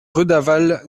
redavalle